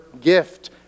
gift